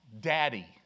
Daddy